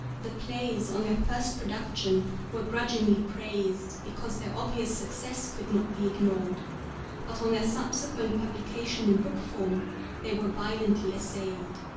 the plays on their first production were grudgingly praised because their obvious success could not be ignored but on their subsequent publication in book form they were violently assailed.